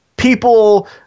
People